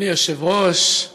אדוני היושב-ראש,